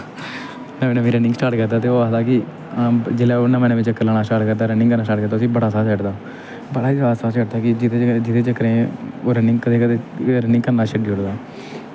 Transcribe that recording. नमीं नमीं running start करदा ते ओह् आखदा कि हां जिसलै ओह् नमें नमें चक्कर लाना स्टार्ट करदा रनिंग करना स्टार्ट करदा उसी बड़ा साह् चढ़दा बड़ा गै जादा साह् चढ़दा कि जेह्दे जेह्दे चक्करें च ओह् रनिंग ओह् कदें कदें रनिंग करना छड्डी ओड़दा